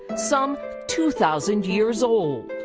some two thousand years old.